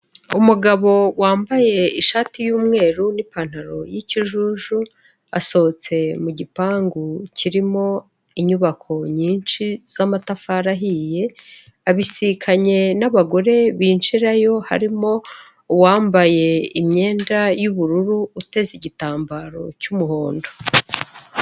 Umugabo wambaye ishati y'umweru n'ipantaro y'ikijuju asohotse mu gipangu kirimo inyubako nyinshi z'amatafari ahiye, abisikanye n'abagore binjirayo harimo uwambaye imyenda y'ubururu uteze igitambaro cy'umuhondo.